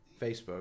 Facebook